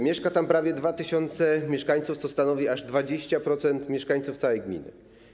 Mieszka tam prawie 2 tys. mieszkańców, co stanowi aż 20% mieszkańców całej gminy.